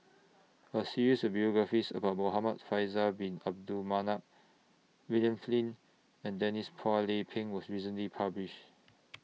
A series of biographies about Muhamad Faisal Bin Abdul Manap William Flint and Denise Phua Lay Peng was recently published